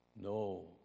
No